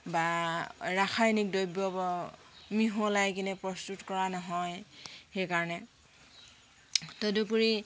বা ৰাসায়নিক দ্ৰব্যৰ পৰা মিহলাই কিনে প্ৰস্তুত কৰা নহয় সেইকাৰণে তদুপৰি